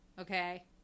okay